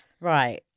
Right